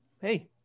Hey